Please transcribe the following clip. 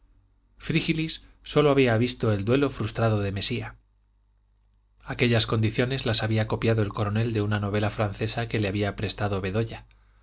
frígilis sólo había visto el duelo frustrado de mesía aquellas condiciones las había copiado el coronel de una novela francesa que le había prestado bedoya